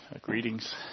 Greetings